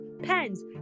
pens